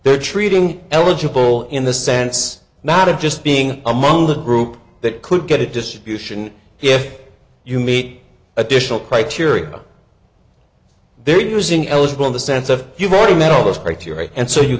they're treating eligible in the sense not of just being among the group that could get a distribution if you meet additional criteria they're using eligible in the sense of you've already met all those criteria and so you